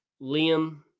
Liam